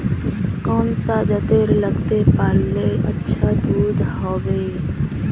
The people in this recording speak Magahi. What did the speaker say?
कौन सा जतेर लगते पाल्ले अच्छा दूध होवे?